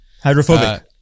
Hydrophobic